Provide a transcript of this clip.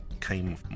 came